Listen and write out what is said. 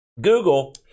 Google